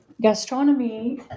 Gastronomy